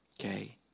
Okay